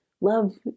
love